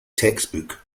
textbook